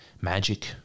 magic